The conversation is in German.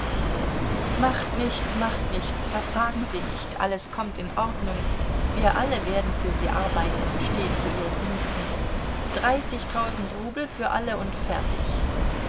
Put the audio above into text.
macht nichts macht nichts verzagen sie nicht alles kommt in ordnung wir alle werden für sie arbeiten und stehen zu ihren diensten dreißigtausend rubel für alle und fertig